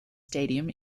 stadium